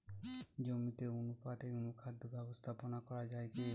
জমিতে অনুপাতে অনুখাদ্য ব্যবস্থাপনা করা য়ায় কি?